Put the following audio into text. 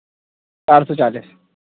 चार सौ चालीस